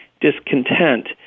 discontent